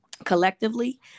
Collectively